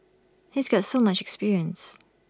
he's got so much experience